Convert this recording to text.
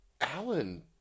Alan